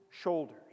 shoulders